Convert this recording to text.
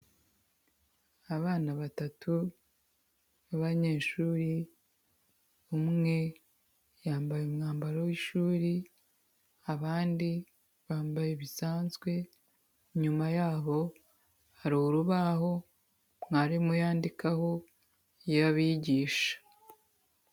Ababa batatu b'abanyeshuri, umwe yambaye umwambaro w'ishuri abandi bambaye bisanzwe, inyuma yabo hari urubaho mwarimu yandikaho iyo abigisha.